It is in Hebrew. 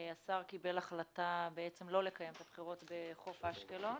השר קיבל החלטה לא לקיים את הבחירות במועצה האזורית חוף אשקלון.